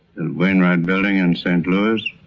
wainwright building in st. louis.